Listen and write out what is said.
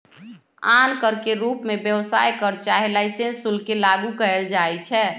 आन कर के रूप में व्यवसाय कर चाहे लाइसेंस शुल्क के लागू कएल जाइछै